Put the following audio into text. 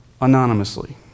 anonymously